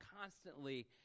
constantly